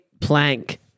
plank